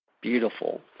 Beautiful